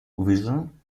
vision